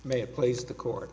may place the court